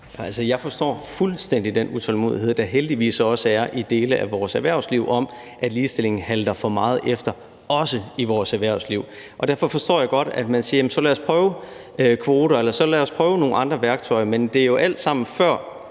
Jeg forstår fuldstændig den utålmodighed, der heldigvis også er i dele af vores erhvervsliv, med hensyn til at ligestillingen halter for meget efter også i vores erhvervsliv. Derfor forstår jeg godt, at man siger: Så lad os prøve kvoter eller nogle andre værktøjer. Men det er jo alt sammen